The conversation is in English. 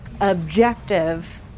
objective